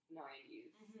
90s